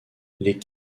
les